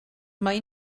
mai